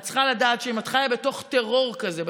את צריכה לדעת שאם את חיה בתוך טרור כזה,